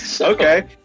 Okay